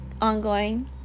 ongoing